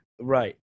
right